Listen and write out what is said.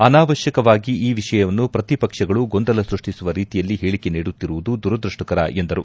ಅನಾವಶ್ಯಕವಾಗಿ ಈ ವಿಷಯವನ್ನು ಪ್ರತಿ ಪಕ್ಷಗಳು ಗೊಂದಲ ಸ್ಯಷ್ಲಿಸುವ ರೀತಿಯಲ್ಲಿ ಹೇಳಿಕೆ ನೀಡುತ್ತಿರುವುದು ದುರದೃಷ್ಷಕರ ಎಂದರು